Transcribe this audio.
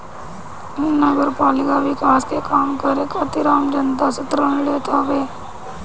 नगरपालिका विकास के काम करे खातिर आम जनता से ऋण लेत हवे